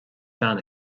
pheann